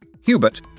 Hubert